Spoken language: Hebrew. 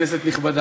כנסת נכבדה,